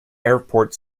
airport